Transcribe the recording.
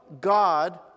God